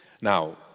Now